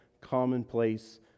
commonplace